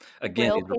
again